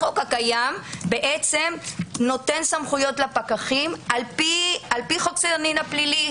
החוק הקיים נותן בעצם סמכויות לפקחים לפי חוק סדר הדין הפלילי,